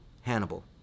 Hannibal